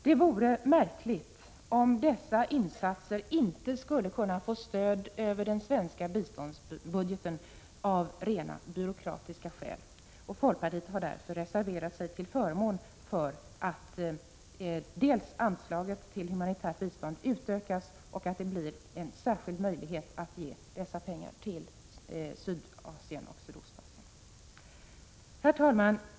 Det vore märkligt om dessa insatser av rena byråkratiska skäl inte skulle kunna få stöd över den svenska biståndsbudgeten. Folkpartiet har därför reserverat sig till förmån för dels att anslaget till humanitärt bistånd ökas, dels att det blir en särskild möjlighet att ge dessa pengar till Sydoch Sydostasien. Herr talman!